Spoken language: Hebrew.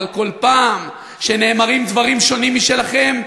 אבל בכל פעם שנאמרים דברים שונים משלכם,